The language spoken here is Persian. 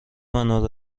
منو